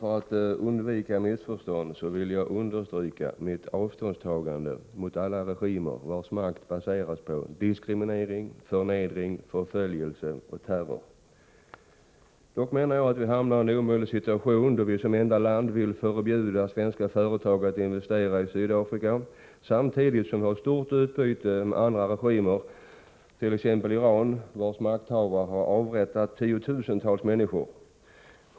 För att undvika missförstånd vill jag understryka mitt avståndstagande från alla regimer vilkas makt baseras på diskriminering, förnedring, förföljelse och terror. Dock menar jag att vi hamnar i en omöjlig situation då vi som enda land vill förbjuda företag att investera i Sydafrika, samtidigt som vi har stort utbyte med andra regimer, t.ex. Iran, vars makthavare avrättar tiotusentals människor.